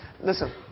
Listen